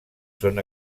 són